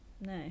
no